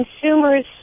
consumer's